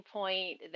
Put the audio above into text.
point